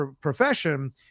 profession